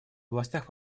областях